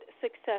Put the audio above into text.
success